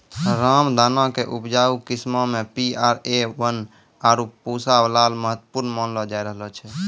रामदाना के उपजाऊ किस्मो मे पी.आर.ए वन, आरु पूसा लाल महत्वपूर्ण मानलो जाय रहलो छै